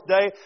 day